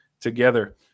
together